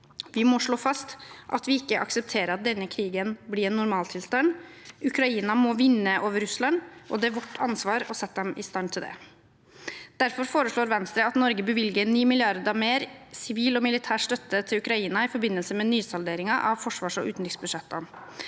Vi må slå fast at vi ikke aksepterer at denne krigen blir en normaltilstand. Ukraina må vinne over Russland, og det er vårt ansvar å sette dem i stand til det. Derfor foreslår Venstre at Norge bevilger 9 mrd. kr mer til sivil og militær støtte til Ukraina i forbindelse med nysalderingen av forsvars- og utenriksbudsjettene.